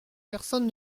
personne